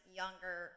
younger